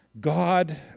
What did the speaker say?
God